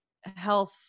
health